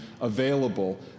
available